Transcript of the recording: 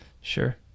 sure